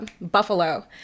Buffalo